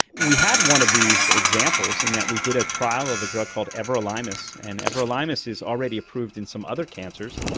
we had one of these examples in that we did a trial of a drug called everolimus, and everolimus is already approved in some other cancers,